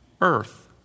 earth